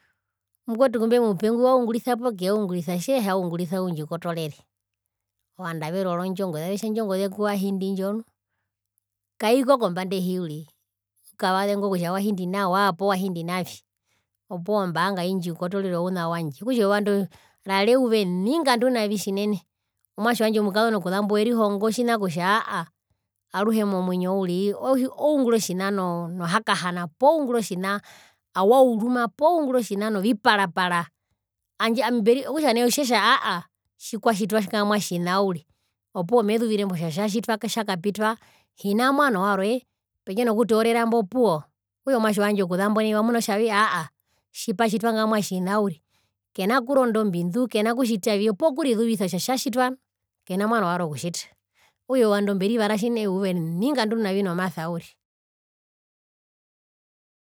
Omukwetu ngumbemupe ngwi waungurisa poo keyaungurisa tjehaungurisa undji kotorere ovandu averoro ndjo ngoze avetja indjo ngoze kuwahindi ndonu kaiko kombanda ehi uriri ukavaze ngo kutja wahindi nawa poo wahindi navi opuwo ombaanga aindjikotorere ouna wandje okutja eyuva ndo rari eyuva eningandu navi tjinene omwatje wandje omukazona kuzambo werihonga otjina kutja aahaa aruhe momwinyo uriri oungura otjina nohakahana poo oungura otjina awauruma poo ungura otjina novipara parandje okutja nai otjetja aahaa tjikwatjitwa ngamwa tjina uriri opuwo mezuvirembo kutja tjatjitwa tjakapitwa hina mwano warwe endje nokutoorera mbo opuwo okutja omwatje wandje okuzambo nai wamuna kutja aahaa tjipatjitwa ngamwa tjina uriri kena kena kurondaombindu kena kutjitavi opuwo okurizuvisa kutja tjatjitwa nu kena mwano warwe okutjita okutja eyuva ndo mberivara tjimuna eyuva eningandu navi nomasa uri.